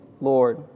Lord